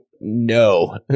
no